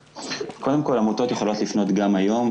קודם כול העמותות יכולות לפנות גם היום,